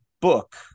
book